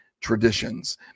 traditions